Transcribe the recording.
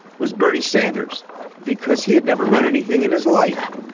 was bernie sanders because he had never run anything in his life,